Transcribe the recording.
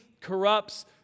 corrupts